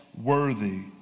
worthy